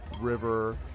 River